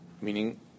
meaning